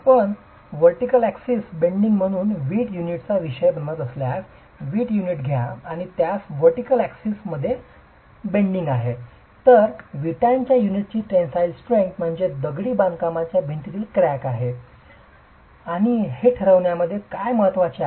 आपण vertical axis bending म्हणून वीट युनिटचा विषय बनवत असल्यास वीट युनिट घ्या आणि त्यास वरटिकल अक्सिस बद्दल वाकणे आहे तर विटांच्या युनिटची टेनसाईल स्ट्रेंग्थ म्हणजे दगडी बांधकामाच्या भिंतीत क्रॅक आहे की नाही हे ठरविण्यामध्ये काय महत्त्वाचे आहे